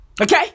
Okay